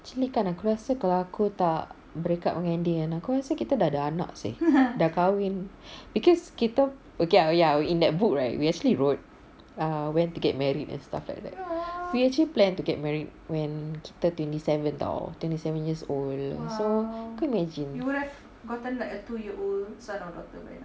actually kan aku rasa kalau aku tak break up dengan dia kan aku rasa kita dah ada anak seh dah kahwin because kita okay lah ya in that book right we actually wrote err when to get married and stuff like that we actually plan to get married when kita twenty seven [tau] twenty seven years old so kau imagine